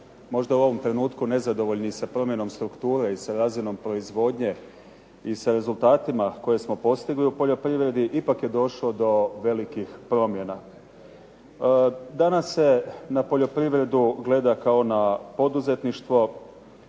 možda u ovom trenutku nezadovoljni sa promjenom strukture i sa razinom proizvodnje i sa rezultatima koje smo postigli u poljoprivredi ipak je došlo do velikih promjena. Danas se na poljoprivredu gleda kao na poduzetništvo.